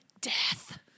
death